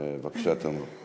בבקשה, תמר.